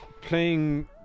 playing